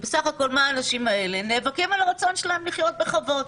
ובסך הכול האנשים האלה נאבקים על הרצון שלהם לחיות בכבוד.